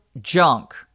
junk